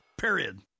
Period